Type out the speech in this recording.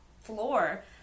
floor